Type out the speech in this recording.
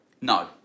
No